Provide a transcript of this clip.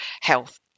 health